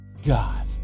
God